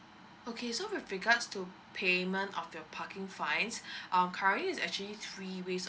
okay so with regards to payment of your parking fines um currently there's actually three ways